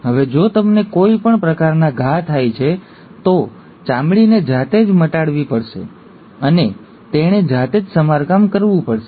હવે જો તમને કોઈ પણ પ્રકારના ઘા થાય છે તો ચામડીને જાતે જ મટાડવી પડશે અને તેણે જાતે જ સમારકામ કરવું પડશે